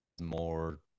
more